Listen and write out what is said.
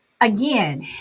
again